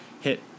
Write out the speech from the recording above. hit